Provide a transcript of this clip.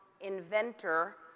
inventor